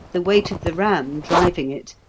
the weight of the ram driving it,